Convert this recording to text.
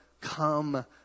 come